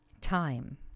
time